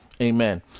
amen